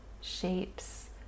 shapes